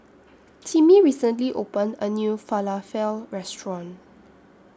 Timmie recently opened A New Falafel Restaurant